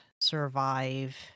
survive